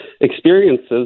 experiences